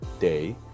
day